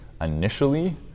initially